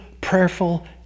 prayerful